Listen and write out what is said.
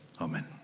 Amen